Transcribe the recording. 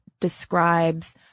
describes